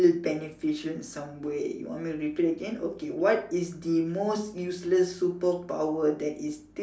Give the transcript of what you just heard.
still beneficial in some way you want me to repeat again okay what is the most useless superpower that is